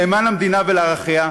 נאמן למדינה ולערכיה,